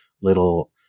little